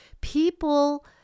people